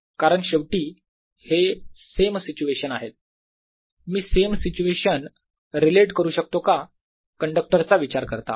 कारण शेवटी हे सेम सिच्युएशन आहेत मी सेम सिच्युएशन रिलेट करू शकतो का कंडक्टरचा विचार करता